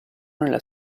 nella